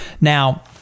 Now